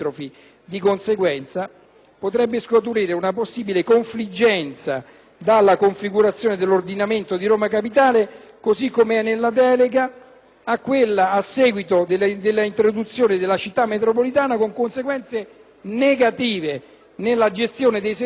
potrebbe scaturire una possibile confliggenza dalla configurazione dell'ordinamento di Roma capitale, così come nella delega, a quella a seguito della introduzione della Città metropolitana con conseguenze negative nella gestione dei servizi essenziali.